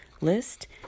list